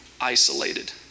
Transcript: isolated